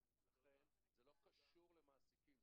לכן זה לא קשור למעסיקים,